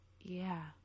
Yeah